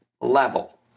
level